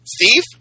Steve